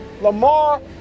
Lamar